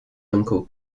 uncle